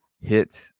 hit